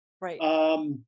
Right